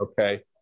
okay